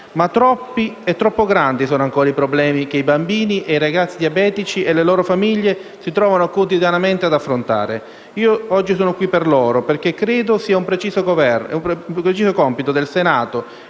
Ma troppi e troppo grandi sono ancora i problemi che i bambini e i ragazzi diabetici e le loro famiglie si trovano quotidianamente ad affrontare. Io oggi sono qui per loro, perché credo sia un preciso compito del Senato